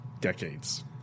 decades